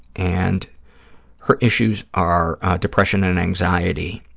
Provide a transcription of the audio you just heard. and her issues are depression and anxiety,